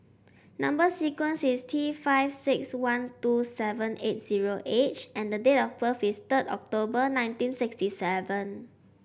number sequence is T five six one two seven eight zero H and date of birth is third October nineteen sixty seven